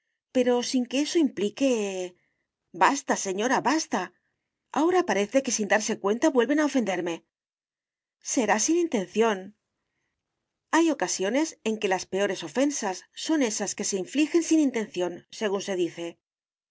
pero sin que eso implique basta señora basta ahora parece que sin darse cuenta vuelven a ofenderme será sin intención hay ocasiones en que las peores ofensas son esas que se infligen sin intención según se dice